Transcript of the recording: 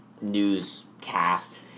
newscast